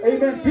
Amen